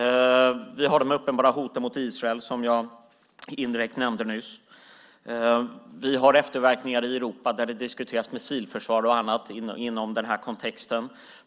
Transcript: Vi har de uppenbara hoten mot Israel som jag indirekt nämnde nyss. Vi har efterverkningar i Europa där det diskuteras missilförsvar och annat inom denna kontext.